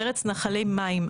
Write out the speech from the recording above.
ארץ נחלי מים,